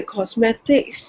Cosmetics